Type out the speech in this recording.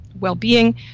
well-being